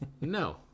No